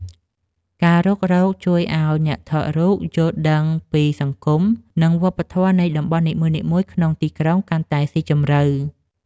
ការរុករកជួយឱ្យអ្នកថតរូបយល់ដឹងពីសង្គម និងវប្បធម៌នៃតំបន់នីមួយៗក្នុងទីក្រុងកាន់តែស៊ីជម្រៅ។